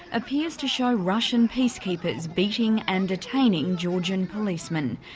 appears to show russian peacekeepers beating and detaining georgian policemen.